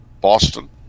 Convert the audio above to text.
Boston